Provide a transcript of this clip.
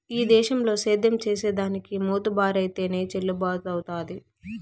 ఈ దేశంల సేద్యం చేసిదానికి మోతుబరైతేనె చెల్లుబతవ్వుతాది